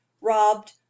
robbed